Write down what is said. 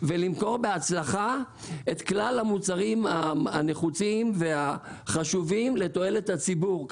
ולמכור בהצלחה את כלל המוצרים הנחוצים והחשובים לתועלת הציבור.